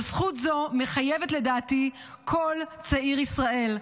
וזכות זו מחייבת לדעתי כל צעיר ישראל.